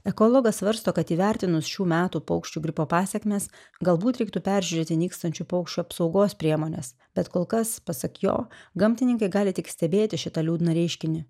ekologas svarsto kad įvertinus šių metų paukščių gripo pasekmes galbūt reiktų peržiūrėti nykstančių paukščių apsaugos priemones bet kol kas pasak jo gamtininkai gali tik stebėti šitą liūdną reiškinį